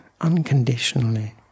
unconditionally